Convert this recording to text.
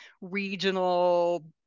regional